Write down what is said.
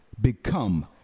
become